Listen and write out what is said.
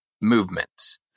movements